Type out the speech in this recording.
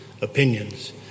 opinions